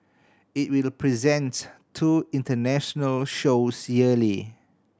it will present two international shows yearly